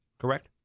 correct